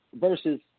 versus